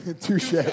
Touche